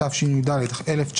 התשי"ד 1954"